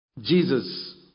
jesus